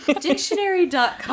Dictionary.com